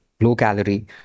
low-calorie